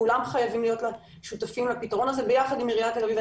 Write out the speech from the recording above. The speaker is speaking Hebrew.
כולם חייבים להיות שותפים לפתרון הזה ביחד עם עיריית תל אביב.